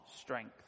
strength